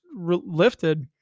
lifted